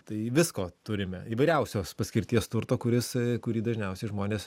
tai visko turime įvairiausios paskirties turto kuris kurį dažniausiai žmonės